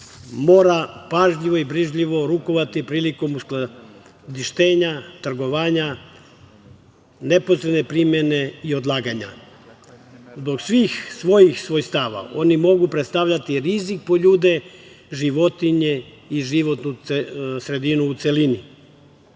mora pažljivo i brižljivo rukovati prilikom uskladištenja, trgovanja, neposredne primene i odlaganja. Zbog svih svojih svojstava oni mogu predstavljati rizik po ljude, životinje i životnu sredinu u celini.